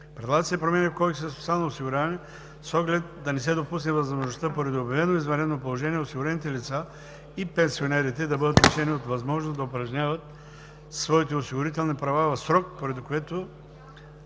Предлагат се и промени в Кодекса за социално осигуряване, с оглед да не се допусне възможността поради обявено извънредно положение осигурените лица и пенсионерите да бъдат лишени от възможност да упражнят своите осигурителни права в срок, поради което